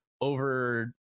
over